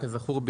כזכור,